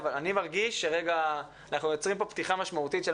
אני מרגיש שאנחנו יוצרים פה פתיחה משמעותית של